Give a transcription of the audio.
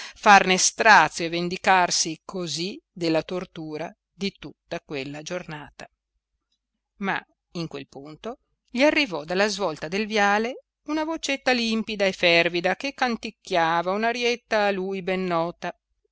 farne strazio e vendicarsi così della tortura di tutta quella giornata ma in quel l'uomo solo luigi pirandello punto gli arrivò dalla svolta del viale una vocetta limpida e fervida che canticchiava un'arietta a lui ben nota